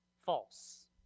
False